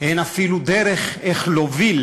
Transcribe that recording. אין אפילו דרך איך להוביל